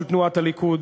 של תנועת הליכוד.